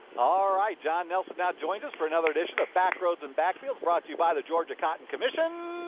all right, john nelson now joins us for another edition of back roads and back fields brought to you by the georgia cotton commission.